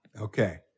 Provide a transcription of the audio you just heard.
Okay